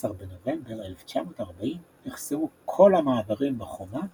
ב-16 בנובמבר 1940 נחסמו כל המעברים בחומה